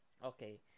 Okay